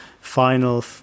final